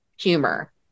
humor